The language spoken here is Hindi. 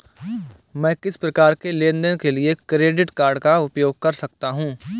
मैं किस प्रकार के लेनदेन के लिए क्रेडिट कार्ड का उपयोग कर सकता हूं?